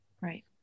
Right